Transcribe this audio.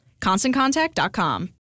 ConstantContact.com